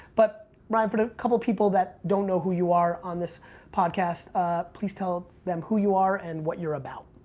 but brian for the couple of people that don't know who you are on this podcast please tell them who you are and what you're about.